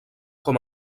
com